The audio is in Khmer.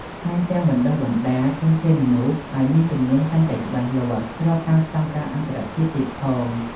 ថែមទាំងបណ្តុះបណ្តាល ធនធានមនុស្សឱ្យមានជំនាញកាន់តែច្បាស់លាស់ ស្របតាមស្តង់ដារអន្តរជាតិទៀតផង។